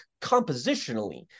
compositionally